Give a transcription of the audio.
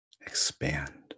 expand